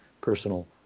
personal